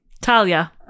Talia